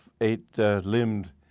eight-limbed